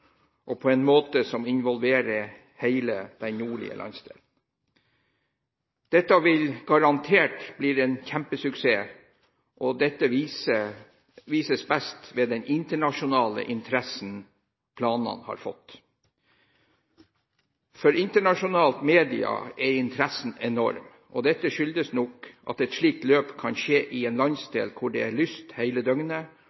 og på en måte som involverer hele den nordlige landsdelen. Dette vil garantert bli en kjempesuksess, og dette vises best ved den internasjonale interessen planene har fått. Fra internasjonal media er interessen enorm, og dette skyldes nok at et slikt løp kan skje i en